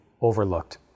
overlooked